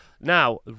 Now